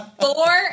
Four